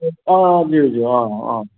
ज्यु ज्यु अँ अँ